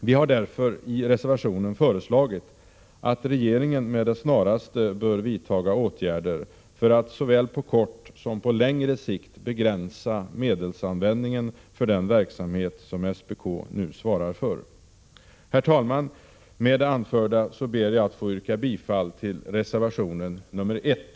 Vi har därför i reservationen föreslagit att regeringen med det snaraste vidtar åtgärder för att såväl på kort som på längre sikt begränsa medelsanvändningen för den verksamhet som SPK nu svarar för. Herr talman! Med det anförda ber jag att få yrka bifall till reservation nr 1.